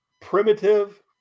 primitive